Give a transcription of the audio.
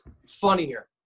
funnier